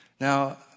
Now